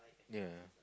ya